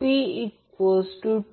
ते लहान n आहे